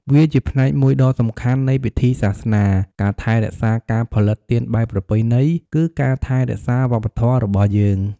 វាជាផ្នែកមួយដ៏សំខាន់នៃពិធីសាសនា ការថែរក្សាការផលិតទៀនបែបប្រពៃណី គឺការថែរក្សាវប្បធម៌របស់យើង។